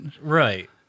right